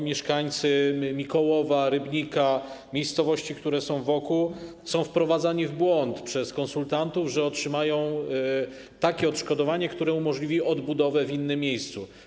Mieszkańcy Mikołowa, Rybnika, miejscowości, które są wokół, są wprowadzani w błąd przez konsultantów, że otrzymają takie odszkodowania, które umożliwią odbudowę w innym miejscu.